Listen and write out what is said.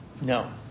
No